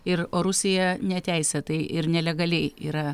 ir o rusija neteisėtai ir nelegaliai yra